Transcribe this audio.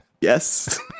yes